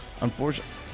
Unfortunately